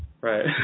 Right